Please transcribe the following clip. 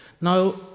Now